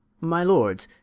my lords,